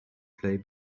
play